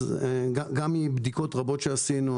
מבדיקות רבות שעשינו,